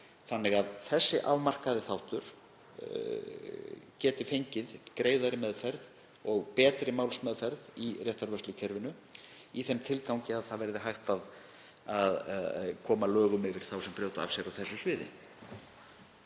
þannig að þessi afmarkaði þáttur geti fengið greiðari meðferð og betri málsmeðferð í réttarvörslukerfinu í þeim tilgangi að hægt verði að koma lögum yfir þá sem brjóta af sér á þessu sviði.